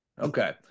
Okay